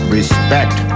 Respect